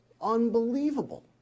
unbelievable